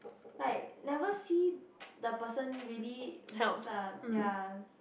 like never see the person really works ah ya